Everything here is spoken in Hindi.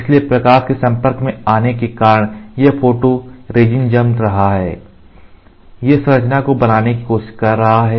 इसलिए प्रकाश के संपर्क में आने के कारण यह फोटो रेजिन जम रहा है और यह संरचना को बनाने की कोशिश कर रहा है